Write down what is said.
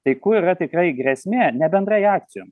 tai kur yra tikrai grėsmė ne bendrai akcijom